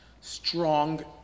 strong